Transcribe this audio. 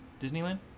Disneyland